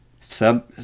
sub